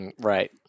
Right